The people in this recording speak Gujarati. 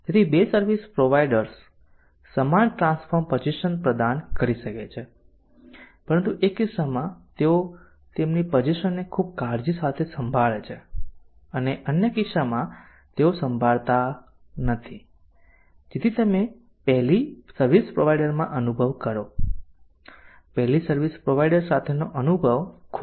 તેથી 2 સર્વિસ પ્રોવાઇડર્સ સમાન ટ્રાન્સફોર્મ પઝેશન પ્રદાન કરી શકે છે પરંતુ એક કિસ્સામાં તેઓ તેમની પઝેશનને ખૂબ કાળજી સાથે સંભાળે છે અને અન્ય કિસ્સામાં તેઓ સંભાળતા નથી જેથી તમે 1 લી સર્વિસ પ્રોવાઇડરમાં અનુભવ કરો 1 લી સર્વિસ પ્રોવાઇડર સાથેનો અનુભવ ખૂબ સારો છે